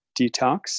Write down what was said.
detox